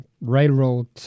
railroad